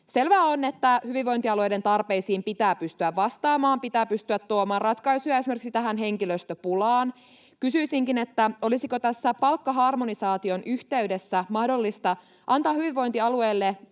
Selvää on, että hyvinvointialueiden tarpeisiin pitää pystyä vastaamaan, pitää pystyä tuomaan ratkaisuja esimerkiksi tähän henkilöstöpulaan. Kysyisinkin: olisiko tässä palkkaharmonisaation yhteydessä mahdollista antaa hyvinvointialueille